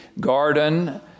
garden